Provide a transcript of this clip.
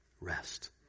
rest